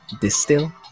distill